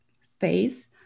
space